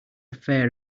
fair